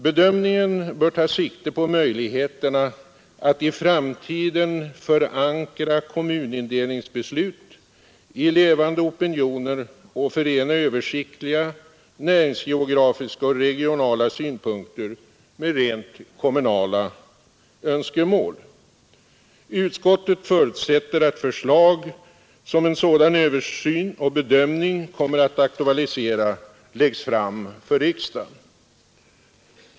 Bedömningen bör ta sikte på möjligheterna att i framtiden förankra kommunindelningsbeslut i levande opinioner och förena översiktliga, näringsgeografiska och regionala synpunkter med rent kommunala önskemål. Utskottet förutsätter att förslag, som en sådan översyn och bedömning kommer att aktualisera, läggs fram för riksdagen.